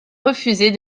refusez